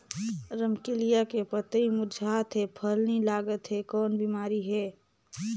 रमकलिया के पतई मुरझात हे फल नी लागत हे कौन बिमारी हे?